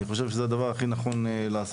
אני חושב שזה הדבר שהכי נכון לעשות.